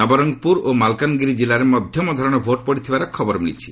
ନବରଙ୍ଗପୁର ଓ ମାଲକାନଗିରି କିଲ୍ଲାରେ ମଧ୍ୟମ ଧରଣର ଭୋଟ୍ ପଡ଼ିଥିବାର ଖବର ମିଳିଛି